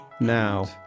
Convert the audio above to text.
Now